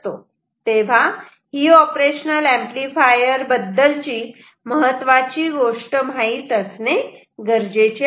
तेव्हा ही operational amplifier बद्दलची महत्वाची गोष्ट माहीत असणे गरजेचे आहे